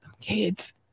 kids